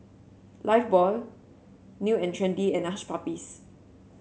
Lifebuoy New And Trendy and Hush Puppies